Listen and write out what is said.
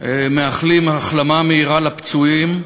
מאחלים החלמה מהירה לפצועים.